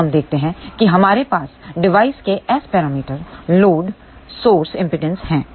तो हम देखते हैं कि हमारे पास डिवाइस के S parameter load source impedance हैं